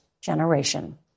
generation